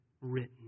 written